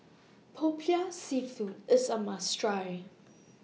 Popiah Seafood IS A must Try